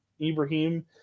Ibrahim